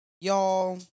y'all